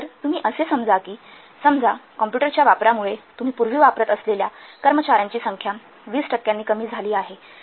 तर तुम्ही असे समजा की समजा कॉम्प्युटर च्या वापरामुळे तुम्ही पूर्वी वापरत असलेल्या कर्मचार्यांची संख्या २० टक्क्यांनी कमी झाली आहे